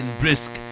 brisk